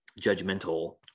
judgmental